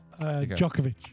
Djokovic